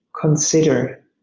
consider